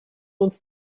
uns